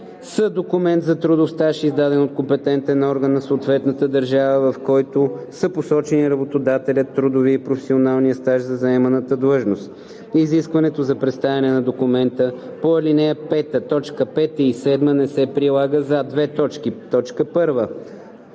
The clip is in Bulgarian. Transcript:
с документ за трудов стаж, издаден от компетентен орган на съответната държава, в който са посочени работодателят, трудовият и професионалният стаж за заеманата длъжност. Изискването за представяне на документи по ал. 5, т. 5 и 7 не се прилага за: 1.